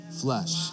flesh